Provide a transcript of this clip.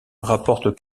rapporte